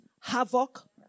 havoc